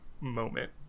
moment